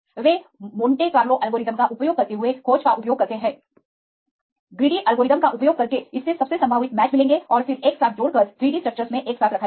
वे Monte Carlo algorithm का उपयोग करते हुए खोज का उपयोग करते हैं ग्रीडी एल्गोरिथ्म का उपयोग करके इससे सबसे संभावित मैच मिलेंगे और फिर एक साथ जोड़कर 3 डी स्ट्रक्चरस में एक साथ रखा जाएगा